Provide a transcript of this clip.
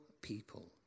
people